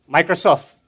Microsoft